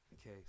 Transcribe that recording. okay